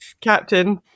Captain